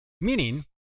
meaning